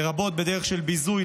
לרבות בדרך של ביזוי,